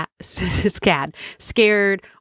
scared